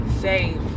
safe